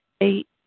Eight